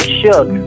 shook